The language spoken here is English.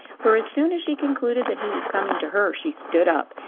for as soon as she concluded that he was coming to her she stood up,